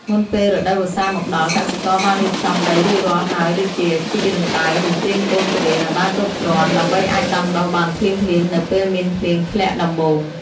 មុនពេលរដូវវស្សាមកដល់ កសិករបានរៀបចំដីរួចរាល់ហើយដូចជា ជីករណ្តៅ និងត្រៀមកូនទុរេនឱ្យបានគ្រប់គ្រាន់ ដើម្បីអាចដាំដុះបានភ្លាមៗនៅពេលមានភ្លៀងធ្លាក់ដំបូង។